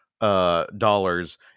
dollars